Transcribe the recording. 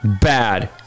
Bad